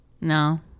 No